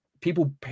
people